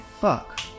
Fuck